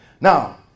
Now